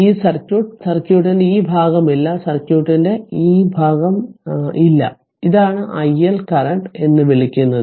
അതിനാൽ ഈ സർക്യൂട്ട് സർക്യൂട്ടിന്റെ ഈ ഭാഗം ഇല്ല സർക്യൂട്ടിന്റെ ഈ ഭാഗം ഇല്ല ഇതാണ് iL കറന്റ് എന്ന് വിളിക്കുന്നത്